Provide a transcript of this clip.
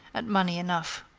and money enough.